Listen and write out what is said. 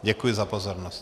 Děkuji za pozornost.